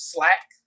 Slack